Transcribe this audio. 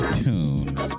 tunes